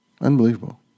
Unbelievable